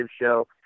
show